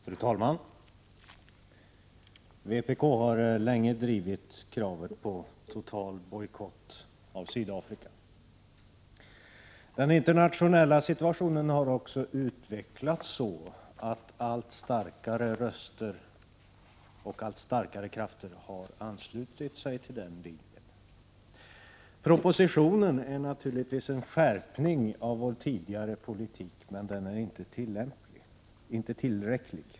Fru talman! Vpk har länge drivit kravet på en total bojkott av Sydafrika. Den internationella situationen har också utvecklats på ett sådant sätt att allt starkare röster har höjts och allt starkare krafter har anslutit sig till denna linje. Propositionen innebär naturligtvis en skärpning av vår tidigare politik, men den är inte tillräcklig.